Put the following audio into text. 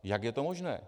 Jak je to možné?